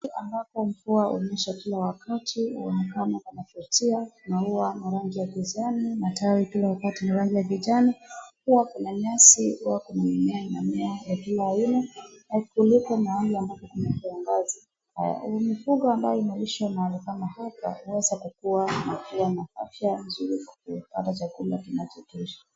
Mahali ambapo mvua unyesha kila wakati uonekana panavutia na huwa na rangi ya kijani matawi kila wakati ni rangi ya kijani. Huwa kuna nyasi huwa kuna mimea inamea ya kila aina kuliko mahali ambapo kuna kiangazi. Mifugo ambayo inalishwa mahali kama hapa huweza kukua na pia na afya nzuri kwa kupata chakula kinachotosha.